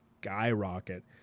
skyrocket